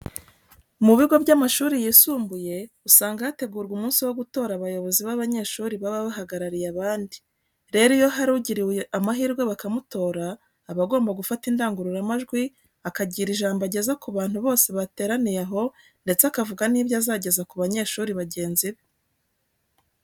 Mu bigo by'amashuri yisumbuye usanga hategurwa umunsi wo gutora abayobozi b'abanyeshuri baba bahagarariye abandi. Rero iyo hari ugiriwe amahirwe bakamutora aba agomba gufata indangururamajwi akagira ijambo ageza ku bantu bose bateraniye aho ndetse akavuga n'ibyo azageza ku banyeshuri bagenzi be.